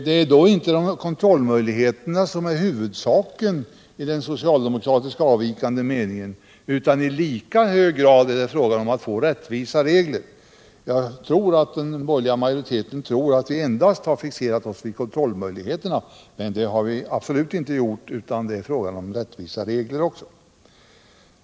Det är inte kontrollmöjligheterna som är huvudsaken 1 socialdemokraternas avvikande mening, utan I lika hög grad är det fråga om att få rättvisa regler. Jag misstänker att den borgerliga majoriteten tror att vi endast har fixerat oss vid kontrollmöjligheterna, men så är alltså inte fallet.